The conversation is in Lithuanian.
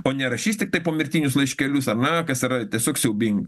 o nerašys tiktai pomirtinius laiškelius ar ne kas yra tiesiog siaubinga